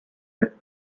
there